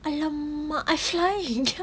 !alamak! I flying